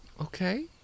Okay